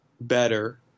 better